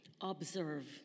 Observe